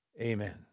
Amen